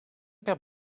per